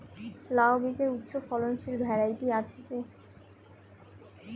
লাউ বীজের উচ্চ ফলনশীল ভ্যারাইটি আছে কী?